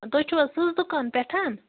تُہۍ چھِو حظ سٕژ دُکان پٮ۪ٹھ